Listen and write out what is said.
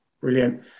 Brilliant